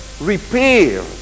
repair